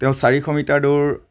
তেওঁ চাৰিশ মিটাৰ দৌৰ